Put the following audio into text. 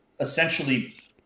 essentially